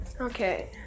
Okay